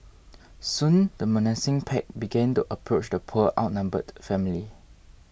soon the menacing pack began to approach the poor outnumbered family